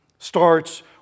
starts